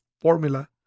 formula